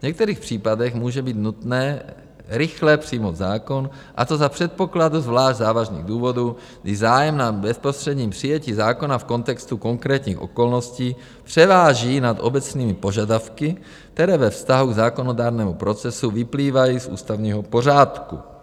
V některých případech může být nutné rychle přijmout zákon, a to za předpokladu zvlášť závažných důvodů, kdy zájem na bezprostředním přijetí zákona v kontextu konkrétních okolností převáží nad obecnými požadavky, které ve vztahu k zákonodárnému procesu vyplývají z ústavního pořádku.